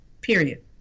Period